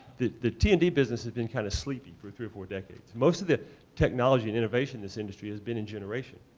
the the t and d business has been kind of sleepy for three or four decades. most of the technology and innovation in this industry has been in generation.